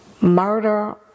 murder